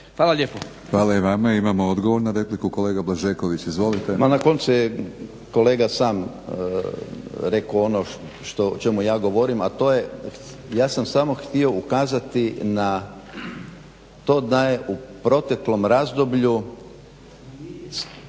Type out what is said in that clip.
Hvala i vama. Imamo odgovor na repliku, kolega Blažeković. Izvolite. **Blažeković, Boris (HNS)** Ma na koncu je kolega sam rekao ono što, o čemu ja govorim, a to je, ja sam samo htio ukazati na to da je u proteklom razdoblju